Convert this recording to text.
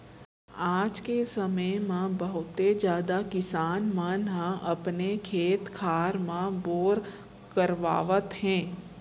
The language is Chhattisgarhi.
आज के समे म बहुते जादा किसान मन ह अपने खेत खार म बोर करवावत हे